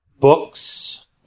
Books